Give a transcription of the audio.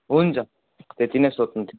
हुन्छ त्यति नै सोध्नु थियो